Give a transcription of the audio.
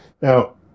Now